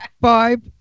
five